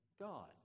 God